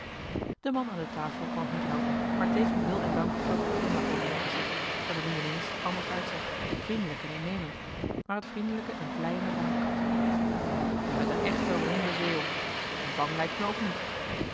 de man aan de tafel kon het niet helpen maar tegen wil en dank vloog een glimlach over zijn gezicht dat er nu ineens anders uitzag vriendelijk en innemend maar het vriendelijke en vleiende van een kat je bent een echte ronde zeeuw en bang lijk je me ook niet